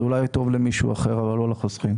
זה אולי טוב למישהו אחר, אבל לא לחוסכים.